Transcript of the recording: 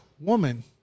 woman